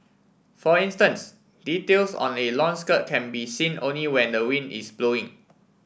for instance details on a long skirt can be seen only when the wind is blowing